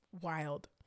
wild